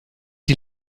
die